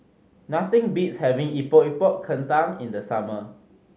nothing beats having Epok Epok Kentang in the summer